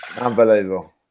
Unbelievable